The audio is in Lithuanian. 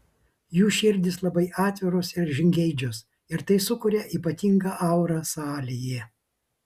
jų širdys labai atviros ir žingeidžios ir tai sukuria ypatingą aurą salėje